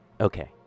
Okay